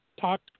talk